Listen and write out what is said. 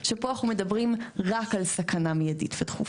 שבו אנחנו מדברים רק על סכנה מיידית דחופה.